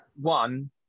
one